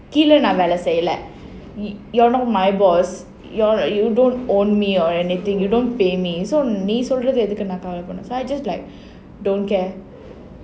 கீழ நான் வேல செய்யல:keezha naan vela seyyala you're not my boss you're you don't own me or anything you don't pay me so நீ சொல்றத நான் ஏன் கேட்கனும்:nee solratha naan yaen ketkanum so I just like don't care